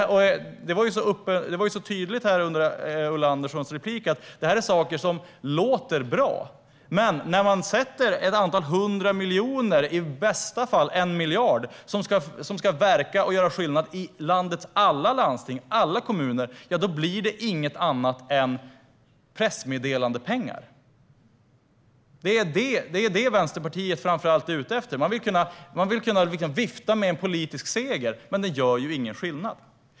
Det var så tydligt i Ulla Anderssons replik att det här är saker som låter bra. Men när man avsätter ett antal hundra miljoner, i bästa fall 1 miljard, som ska verka och göra skillnad i landets alla landsting och kommuner blir det inget annat än pressmeddelandepengar. Det Vänsterpartiet framför allt är ute efter är att kunna vifta med en politisk seger. Men det gör ju ingen skillnad.